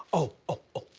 oh oh oh.